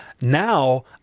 now